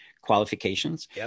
qualifications